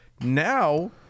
now